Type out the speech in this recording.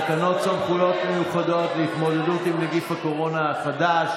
תקנות סמכויות מיוחדות להתמודדות עם נגיף הקורונה החדש